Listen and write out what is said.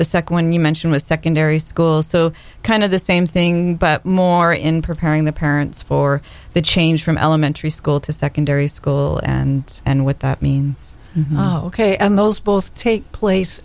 the second one you mention was secondary school so kind of the same thing but more in preparing the parents for the change from elementary school to secondary school and and what that means ok and those both take place